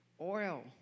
Oil